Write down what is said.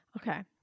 okay